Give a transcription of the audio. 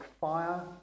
fire